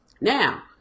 Now